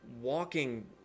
walking